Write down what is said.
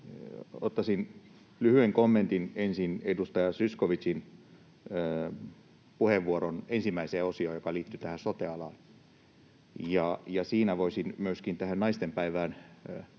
Ottaisin lyhyen kommentin ensin edustaja Zyskowiczin puheenvuoron ensimmäiseen osioon, joka liittyi sote-alaan. Siitä voisin myöskin tähän naistenpäivään nähden